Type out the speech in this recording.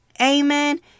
Amen